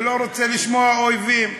ולא רוצה לשמוע אויבים.